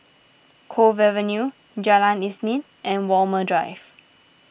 Cove Avenue Jalan Isnin and Walmer Drive